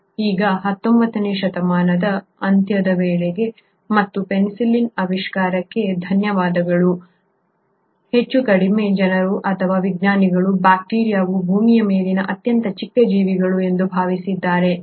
ಈಗ 19 ನೇ ಶತಮಾನದ ಅಂತ್ಯದ ವೇಳೆಗೆ ಮತ್ತು ಪೆನ್ಸಿಲಿನ್ ಆವಿಷ್ಕಾರಕ್ಕೆ ಧನ್ಯವಾದಗಳು ಹೆಚ್ಚು ಕಡಿಮೆ ಜನರು ಅಥವಾ ವಿಜ್ಞಾನಿಗಳು ಬ್ಯಾಕ್ಟೀರಿಯಾವು ಭೂಮಿಯ ಮೇಲಿನ ಅತ್ಯಂತ ಚಿಕ್ಕ ಜೀವಿಗಳು ಎಂದು ಭಾವಿಸಿದ್ದಾರೆ